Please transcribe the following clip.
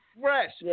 fresh